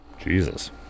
Jesus